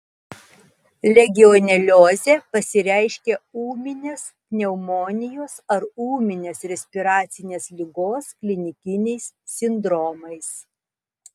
legioneliozė pasireiškia ūminės pneumonijos ar ūminės respiracinės ligos klinikiniais sindromais